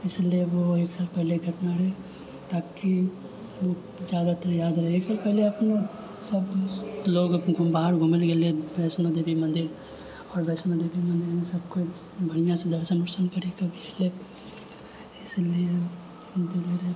इसलिए ओ एक साल पहिलेके घटना रहै ताकि जादातर याद रहै एक साल पहिले अपनो सभ लोग बाहर घुमैले गेल रहियै वैष्णोदेवी मन्दिर आओर वैष्णोदेवी मन्दिरमे सभ केओ बढ़िआँसँ दर्शन वर्शन करिके एलै इसिलिए हम बतेले रहियै